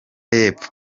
y’epfo